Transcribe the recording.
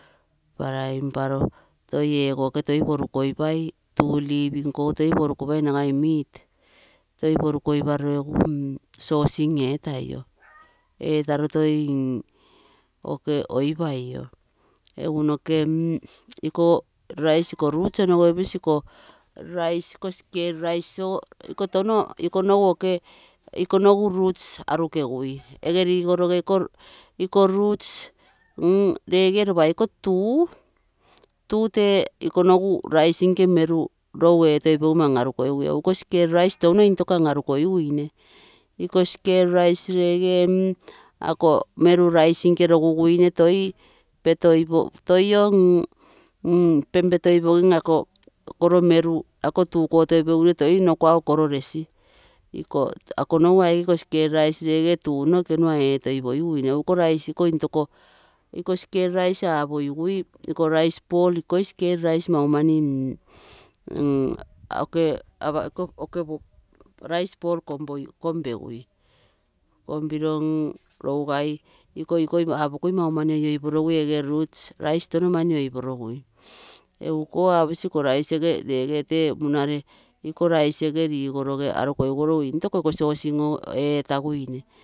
Flying eetaro toi ego tulip nkogo toi porukoipai, nagai meat, toi porukoiparo egu saucing etoio, etaro toi oipaio egu noke mm rice iko roots onogoiposi rice iko skel rice ogo, iko tono. Iko tono iko nogu roots arukegui, iko roots reegee ropa iko tuu, tuu tee ikonogu rice nke meru etoipogimo an, arukogigui, iko skel rice touno intoko an, arukogigui, iko skel rice rege ako meru roguguine toi, tolo petoipogino ako koro meru ako tuu kotopeiguine toi nno koro resi, akonogu aike iko skel iko skel rice tuu ekenua etoipogigui, egu iko rice intoko skel rice, apokui iko rice ball, ikoi skel rice maumani, oke rice ball kompegui. Kompegugui, ikoi rougai, maumani oioiporogui, iko roots rice touno ama oioipogigui, egu ikou aposi ikoi rice teege reegee ikoi rice rigoroge intoko. Iko saucesing ogo etaguine.